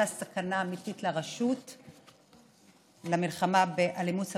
הייתה סכנה אמיתית לרשות למלחמה באלימות,